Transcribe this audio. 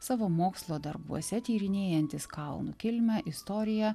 savo mokslo darbuose tyrinėjantis kalnų kilmę istoriją